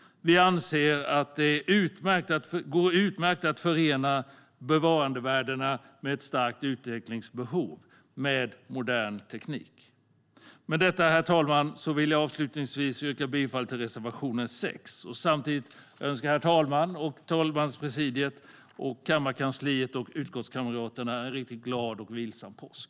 Vi anser att det med modern teknik går utmärkt att förena bevarandevärden med ett starkt utvecklingsbehov. Herr talman! Jag yrkar bifall till reservation 6 och önska herr talmannen, talmanspresidiet, kammarkansliet och mina utskottskamrater en glad och vilsam påsk.